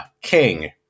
King